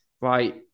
right